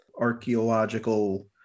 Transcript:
archaeological